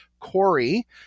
Corey